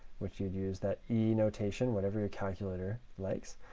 which you'd use that e notation, whatever your calculator likes.